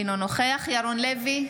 אינו נוכח ירון לוי,